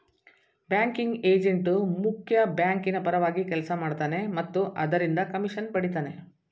banking agent ಮುಖ್ಯ ಬ್ಯಾಂಕಿನ ಪರವಾಗಿ ಕೆಲಸ ಮಾಡ್ತನೆ ಮತ್ತು ಅದರಿಂದ ಕಮಿಷನ್ ಪಡಿತನೆ